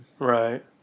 Right